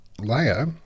layer